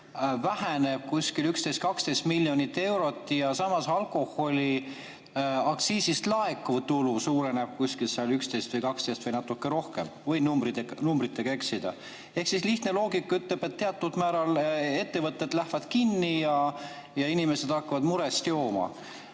väheneb kuskil 11–12 miljonit eurot ja samas alkoholiaktsiisist laekuv tulu suureneb kuskil 11 või 12 või natuke rohkem [miljonit], ma võin numbritega eksida. Ehk siis lihtne loogika ütleb, et teatud määral ettevõtted lähevad kinni ja inimesed hakkavad murest jooma.